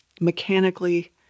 mechanically